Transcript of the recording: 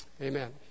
Amen